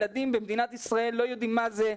ילדים במדינת ישראל לא יודעים מה זה.